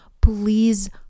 Please